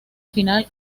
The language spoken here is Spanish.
final